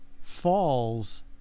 falls